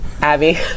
Abby